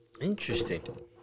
Interesting